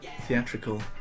theatrical